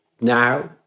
now